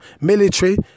military